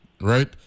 right